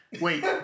Wait